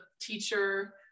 teacher